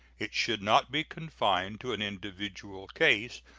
it should not be confined to an individual case,